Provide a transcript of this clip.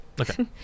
Okay